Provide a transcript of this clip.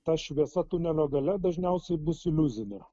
ta šviesa tunelio gale dažniausiai bus iliuzinė